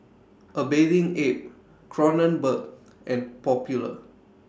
A Bathing Ape Kronenbourg and Popular